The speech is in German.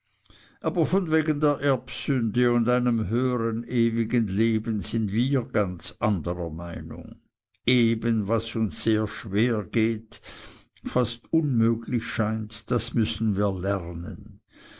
aber von wegen der erbsünde und einem höhern ewigen leben sind wir ganz anderer meinung eben was uns sehr schwer geht fast unmöglich scheint das müssen wir lernen